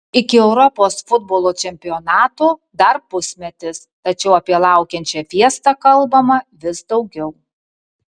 iki europos futbolo čempionato dar pusmetis tačiau apie laukiančią fiestą kalbama vis daugiau